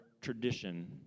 tradition